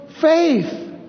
faith